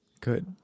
Good